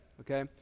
Okay